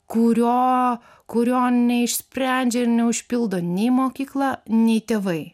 kurio kurio neišsprendžia ir neužpildo nei mokykla nei tėvai